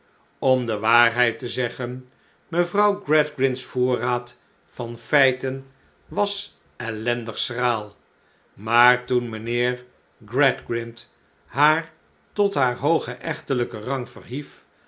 om de waarheid te zeggen mevrouw gradgrind's voorraad van feiten was ellendig schraal maar toen mijnheer gradgrind haar tot haar hoogen echtelijken rang verhief